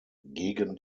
gegen